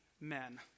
men